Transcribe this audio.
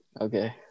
Okay